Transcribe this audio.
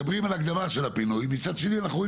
מדברים על הקדמה של הפינוי ומצד שני אנחנו רואים